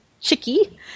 Chicky